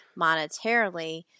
monetarily